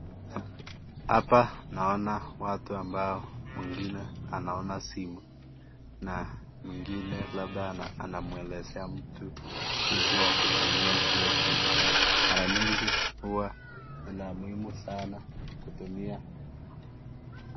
Hapa naona watu ambao mwingine anaona simu na mwingine labda anamwelezea mtu jinsi ya kutumia hiyo kitu. Mara nyingi huwa ni la muhimu sana kutumia...